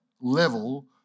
level